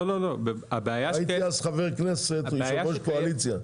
הייתי אז חבר כנסת, יושב-ראש קואליציה.